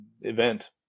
event